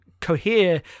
cohere